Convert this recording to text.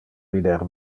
vider